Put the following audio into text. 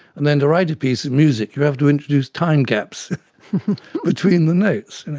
and then to write a piece of music you have to introduce time gaps between the notes.